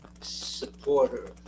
supporter